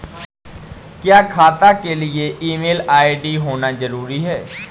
क्या खाता के लिए ईमेल आई.डी होना जरूरी है?